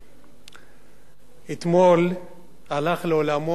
אתמול הלך לעולמו קצין,